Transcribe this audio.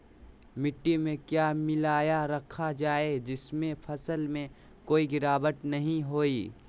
मिट्टी में क्या मिलाया रखा जाए जिससे फसल में कोई गिरावट नहीं होई?